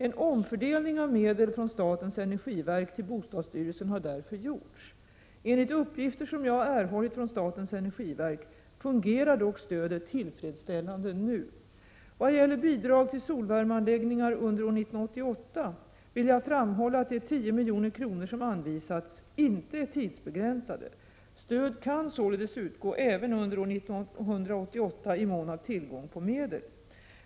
En omfördelning av medel från statens energiverk till bostadsstyrelsen har därför gjorts. Enligt uppgifter som jag erhållit från statens energiverk fungerar dock stödet tillfredsställande nu. Vad gäller bidrag till solvärmeanläggningar under år 1988 vill jag framhålla att de 10 milj.kr. som anvisats inte är tidsbegränsade. Stöd kan således utgå även under år 1988 i mån av tillgång på medel.